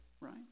right